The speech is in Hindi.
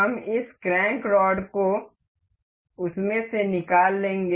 हम इस क्रैंक रॉड को उसमें से निकाल लेंगे